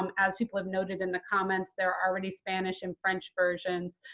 um as people have noted in the comments, there are already spanish and french versions.